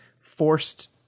forced